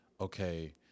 okay